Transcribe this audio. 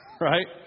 right